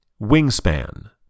Wingspan